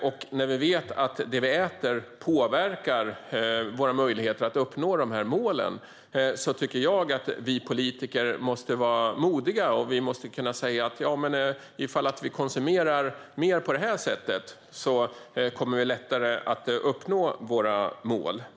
Eftersom vi vet att det vi äter påverkar våra möjligheter att uppnå målen tycker jag att vi politiker måste vara modiga. Vi måste kunna säga: Ifall vi konsumerar mer på det här sättet kommer vi lättare att uppnå våra mål.